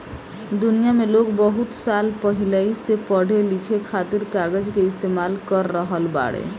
दुनिया में लोग बहुत साल पहिले से पढ़े लिखे खातिर कागज के इस्तेमाल कर रहल बाड़े